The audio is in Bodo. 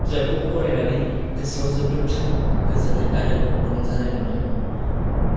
बिजाबखौ फरायनानै गोसोआव जोबोद गोजोन्नाय आरो रंजानाय मोनदों